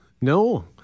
no